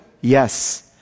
yes